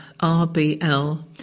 RBL